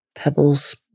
Pebbles